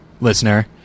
listener